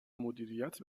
مدیریت